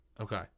Okay